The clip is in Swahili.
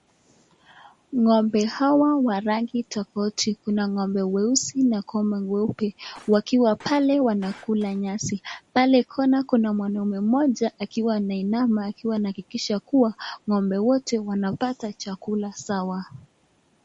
Ng'ombe hawa wa rangi tofauti ,kuna ng'ombe weusi kwama weupe .Wakiwa pale wanakula nyasi, pale corner kuna mwanaume mmoja akiwa anainama akiwa anahakikisha kuwa ng'ombe wote wanapata chakula sawa.